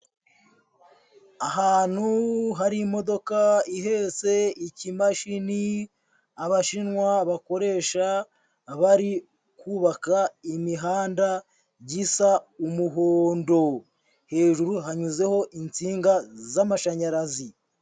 Ahantu hari imodoka ihetse ikimashini, abashinwa bakoresha abari kubaka imihanda gisa umuhondo. Hejuru hanyuzeho insinga z'amashanyarazi.